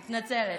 מתנצלת.